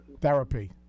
therapy